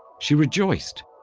she rejoiced,